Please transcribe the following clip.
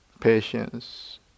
patience